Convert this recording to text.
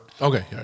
Okay